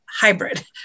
hybrid